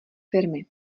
firmy